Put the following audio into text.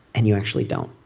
and you actually don't.